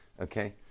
Okay